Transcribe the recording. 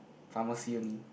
pharmacy only